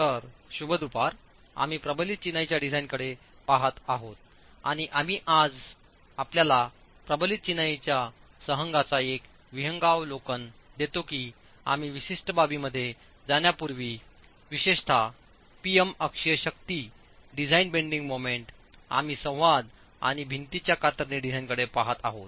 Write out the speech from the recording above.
तर शुभ दुपारआम्ही प्रबलित चिनाईच्या डिझाइनकडे पहात आहोत आणि आज मी आपल्याला प्रबलित चिनाई संहंगाचा एक विहंगावलोकन देतो की आम्ही विशिष्ट बाबींमध्ये जाण्यापूर्वी विशेषत P M अक्षीय शक्ती डिझाईन बेडिंग मोमेंट आम्ही संवाद आणि भिंतींच्या कातरणे डिझाइनकडे पहात आहोत